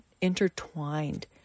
intertwined